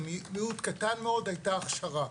למיעוט קטן מאוד הייתה הכשרה.